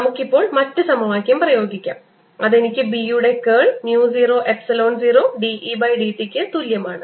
നമുക്ക് ഇപ്പോൾ മറ്റ് സമവാക്യം പ്രയോഗിക്കാം അത് എനിക്ക് B യുടെ curl mu 0 epsilon 0 dE by dt ക്ക് തുല്യമാണ്